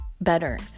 better